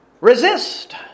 resist